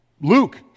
Luke